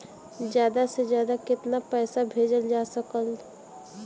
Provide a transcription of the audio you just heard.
ज्यादा से ज्यादा केताना पैसा भेजल जा सकल जाला?